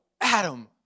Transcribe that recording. Adam